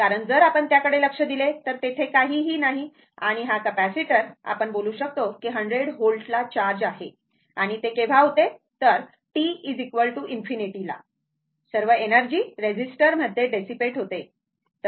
कारण जर आपण त्याकडे लक्ष दिले तर तेथे काहीही नाही आणि हा कॅपेसिटर आपण बोलू शकतो कि 100 व्होल्ट चार्ज आहे आणि ते केव्हा होते तर t ∞ ला सर्व एनर्जी रेजीस्टर मध्ये डेसीपेट होते